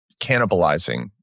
cannibalizing